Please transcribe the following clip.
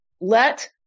Let